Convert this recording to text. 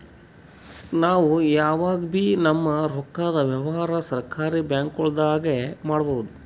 ನಾವ್ ಯಾವಗಬೀ ನಮ್ಮ್ ರೊಕ್ಕದ್ ವ್ಯವಹಾರ್ ಸರಕಾರಿ ಬ್ಯಾಂಕ್ಗೊಳ್ದಾಗೆ ಮಾಡಬೇಕು